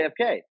JFK